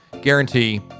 guarantee